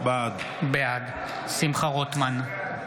בעד שמחה רוטמן,